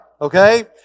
Okay